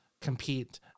compete